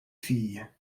fille